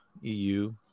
EU